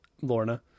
Lorna